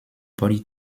body